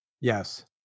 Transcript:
Yes